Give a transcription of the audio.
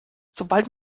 sobald